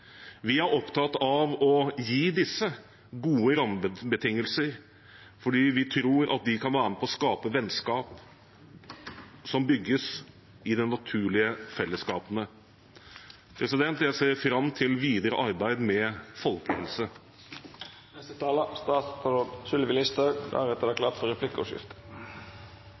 Vi er opptatt av å gi disse gode rammebetingelser, fordi vi tror de kan være med på å skape vennskap som bygges i de naturlige fellesskapene. Jeg ser fram til videre arbeid med folkehelse. Folkehelsen i Norge er god. Levealderen vår øker stadig og er nå rundt 84 år for